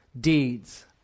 deeds